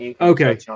okay